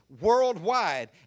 worldwide